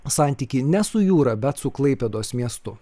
santykį ne su jūra bet su klaipėdos miestu